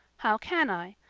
how can i?